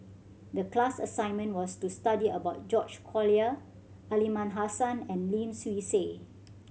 the class assignment was to study about George Collyer Aliman Hassan and Lim Swee Say